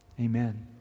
amen